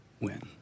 win